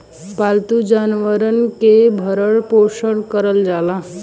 पालतू जानवरन के भरण पोसन करल जाला